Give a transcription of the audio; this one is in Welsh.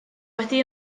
wedi